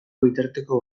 bitarteko